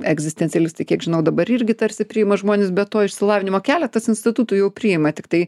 egzistencialistai kiek žinau dabar irgi tarsi priima žmones be to išsilavinimo keletas institutų jau priima tiktai